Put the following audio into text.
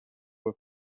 were